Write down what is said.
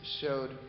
showed